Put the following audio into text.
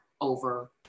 over